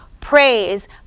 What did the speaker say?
Praise